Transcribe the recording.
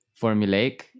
formulaic